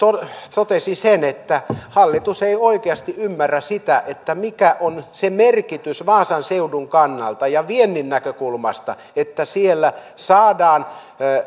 totesi sen että hallitus ei oikeasti ymmärrä sitä mikä on se merkitys vaasan seudun kannalta ja viennin näkökulmasta että sinne saadaan